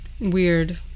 Weird